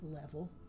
level